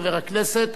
חבר הכנסת,